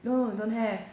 no don't have